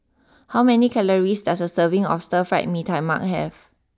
how many calories does a serving of Stir Fried Mee Tai Mak have